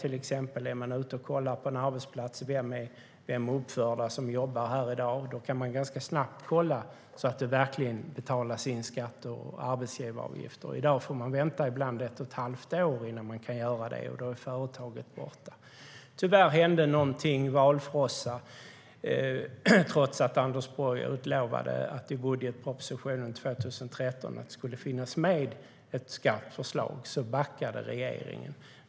Om man är ute och kollar på en arbetsplats kan man då se vem som jobbar där den dagen och ganska snabbt kolla att det verkligen betalas in skatter och arbetsgivaravgifter. I dag får man ibland vänta ett och ett halvt år innan man kan göra det. Och då är företaget borta. Tyvärr hände någonting. Kanske var det valfrossa. Trots att Anders Borg lovade att det i budgetpropositionen för 2013 skulle finnas ett skarpt förslag backade regeringen.